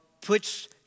puts